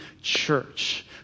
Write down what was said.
Church